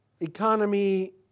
economy